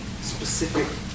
specific